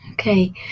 Okay